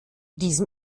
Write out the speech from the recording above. diesem